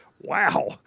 Wow